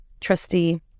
trustee